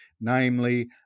namely